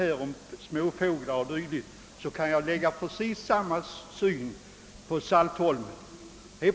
Och vad småfåglarna beträffar kan exakt samma synpunkter läggas på Saltholm.